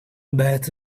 bat